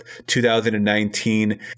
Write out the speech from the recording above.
2019